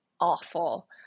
awful